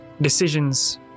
decisions